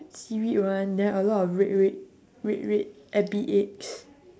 seaweed one then a lot of red red red red ebi eggs